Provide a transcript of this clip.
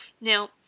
Now